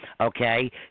Okay